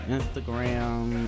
Instagram